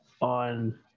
on